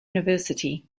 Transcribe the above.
university